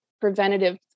preventative